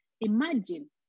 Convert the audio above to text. Imagine